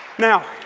now,